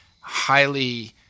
highly